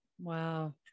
Wow